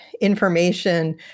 information